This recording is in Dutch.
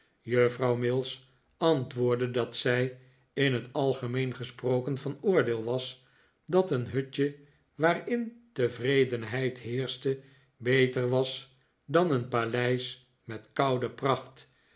juffrouw mills antwoordde dat zij in t algemeen gesproken van oordeel was dat een hutje waarin tevredenheid heerschte beter was dan een paleis met koude pracht